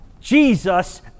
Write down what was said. Jesus